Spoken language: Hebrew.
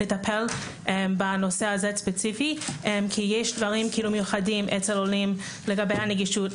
לטפל בנושא הזה ספציפית כי יש דברים מיוחדים אצל עולים לגבי הנגישות,